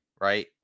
right